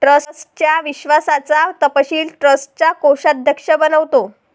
ट्रस्टच्या विश्वासाचा तपशील ट्रस्टचा कोषाध्यक्ष बनवितो